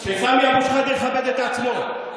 שסמי אבו שחאדה יכבד את עצמו.